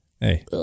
hey